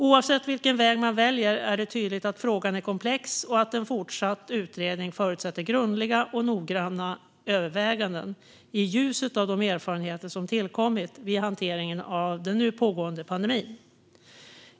Oavsett vilken väg man väljer är det tydligt att frågan är komplex och att en fortsatt utredning förutsätter grundliga och noggranna överväganden i ljuset av de erfarenheter som tillkommit vid hanteringen av den nu pågående pandemin.